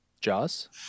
Jaws